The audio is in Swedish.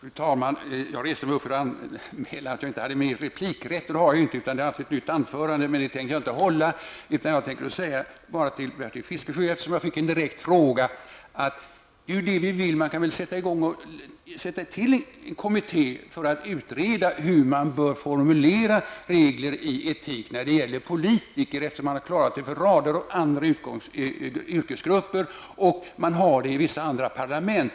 Fru talman! Jag reste mig upp för att anmäla att jag inte har någon ytterligare replikrätt. Men jag får nu hålla ett nytt anförande. Det tänker jag inte göra. Jag tänker bara säga till Bertil Fiskesjö, eftersom han ställde en direkt fråga till mig, att vi vill att man skall tillsätta en kommitté för att utreda hur man bör formulera regler i etik när det gäller politiker, eftersom man har klarat av att göra det för rader av andra yrkesgrupper. Man har även sådana regler i vissa andra parlament.